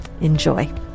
Enjoy